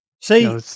See